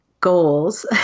goals